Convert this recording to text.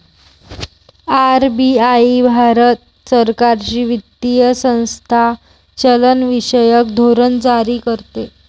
RBI Bharat सरकारची वित्तीय संस्था चलनविषयक धोरण जारी करते